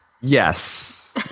Yes